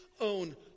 own